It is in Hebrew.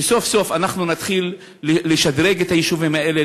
שסוף-סוף אנחנו נתחיל לשדרג את היישובים האלה,